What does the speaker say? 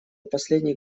последний